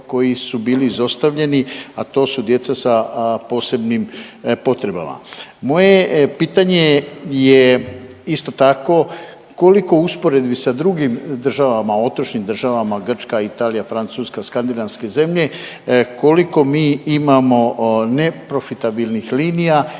koji su bili izostavljeni, a to su djeca sa posebnim potrebama. Moje pitanje je isto tako koliko u usporedbi sa drugim državama, otočnim državama Grčka, Italija, Francuska, Skandinavske zemlje koliko mi imamo ne profitabilnih linija i